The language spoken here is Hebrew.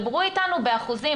דברו איתנו באחוזים,